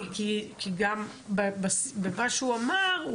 כי במה שהוא אמר,